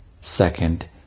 Second